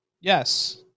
yes